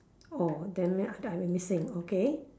orh then that after I missing okay